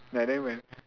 and then when